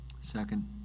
Second